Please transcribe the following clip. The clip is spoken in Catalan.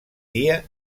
dia